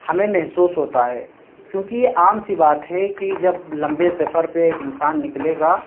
ہمیں محسوس ہوتا ہے کیوںکہ یہ عام سی بات ہے کہ جب لمبے سفر پہ ایک انسان نکلے گا